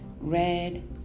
red